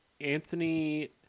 Anthony